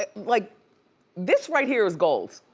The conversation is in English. ah like this right here is goals.